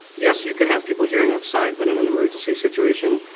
yes, you can have people hearing outside, but in an emergency situation,